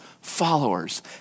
followers